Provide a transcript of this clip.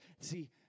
See